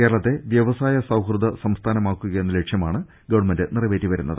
കേരളത്തെ വ്യവസായ സൌഹൃദ്ദ് സംസ്ഥാനമാക്കുക എന്ന ലക്ഷ്യമാണ് ഗവൺമെന്റ് നിറവേറ്റിവരുന്നത്